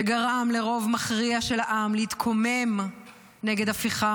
שגרם לרוב מכריע של העם להתקומם נגד הפיכה